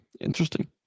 interesting